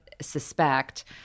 suspect